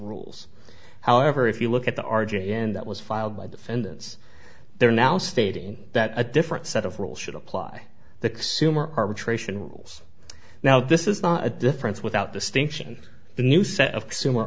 rules however if you look at the r j end that was filed by defendants they're now stating that a different set of rules should apply the consumer arbitration rules now this is not a difference without the stink ssion the new set of consumer